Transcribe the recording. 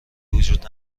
وجود